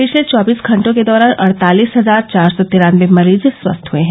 पिछले चौबीस घंटों के दौरान अड़तालिस हजार चार सौ तिरान्नबे मरीज स्वस्थ हुए हैं